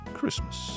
Christmas